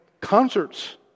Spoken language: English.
concerts